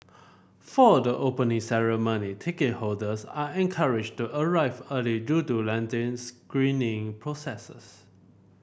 for the Opening Ceremony ticket holders are encouraged to arrive early due to lengthy screening processes